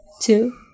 two